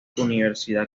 universidad